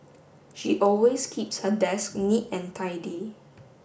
she always keeps her desk neat and tidy